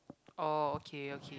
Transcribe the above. oh okay okay